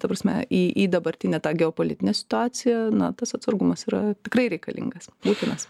ta prasme į į dabartinę tą geopolitinę situaciją na tas atsargumas yra tikrai reikalingas būtinas